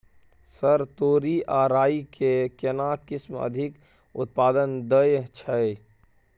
Sir तोरी आ राई के केना किस्म अधिक उत्पादन दैय छैय?